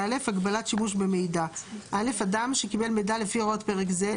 הגבלת שימוש במידע 78לא. (א) אדם שקיבל מידע לפי הוראות פרק זה,